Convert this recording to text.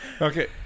Okay